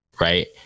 Right